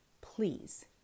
Please